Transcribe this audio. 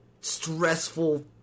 stressful